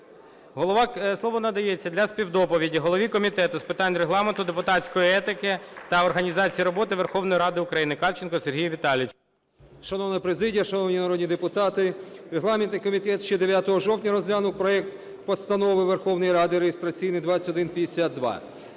голові Комітету з питань Регламенту, депутатської етики та організації роботи Верховної Ради України Кальченку Сергію Віталійовичу. 17:51:00 КАЛЬЧЕНКО С.В. Шановна президія, шановні народні депутати, регламентний комітет ще 9 жовтня розглянув проект Постанови Верховної Ради, реєстраційний 2152.